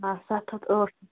آ ستھ ہتھ ٲٹھ شیٚتھ